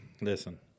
Listen